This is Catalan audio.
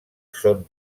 són